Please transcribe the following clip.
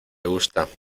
gusta